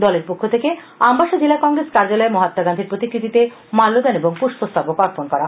দলের পক্ষ থেকে আমবাসা জেলা কংগ্রেস কার্যালয়ে মহাত্মা গান্ধীর প্রতিকৃতিতে মাল্যদান এবং পৃস্পস্তবক অর্পণ করা হয়